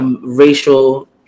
racial